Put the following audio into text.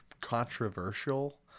controversial